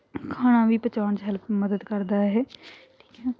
ਖਾਣਾ ਵੀ ਪਚਾਉਣ 'ਚ ਹੈਲਪ ਮਦਦ ਕਰਦਾ ਇਹ ਠੀਕ ਹੈ